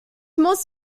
muss